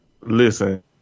Listen